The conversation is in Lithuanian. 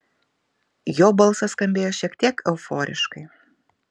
jo balsas skambėjo šiek tiek euforiškai